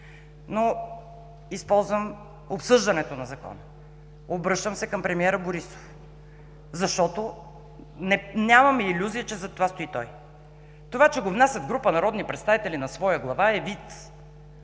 Използвам обаче обсъждането на Закона. Обръщам се към премиера Борисов, защото нямаме илюзия, че зад това стои той. Това, че го внасят група народни представители на своя глава, е виц.